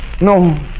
No